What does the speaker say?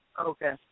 Okay